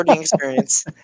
experience